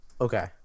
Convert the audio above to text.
Okay